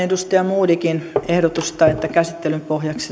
edustaja modigin ehdotusta että käsittelyn pohjaksi